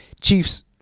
Chiefs